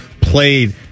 played